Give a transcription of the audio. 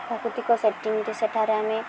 ପ୍ରାକୃତିକ ସେଟିଙ୍ଗ ସେଠାରେ ଆମେ